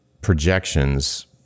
projections